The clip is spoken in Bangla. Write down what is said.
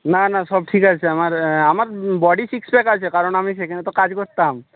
না না সব ঠিক আছে আমার আমার বডি সিক্স প্যাক আছে কারণ আমি সেখানে তো কাজ করতাম